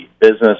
business